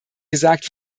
gesagt